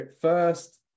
first